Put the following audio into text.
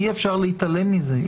אי אפשר להתעלם מזה.